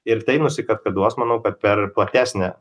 ir tai nusikaskaduos manau kad per platesnę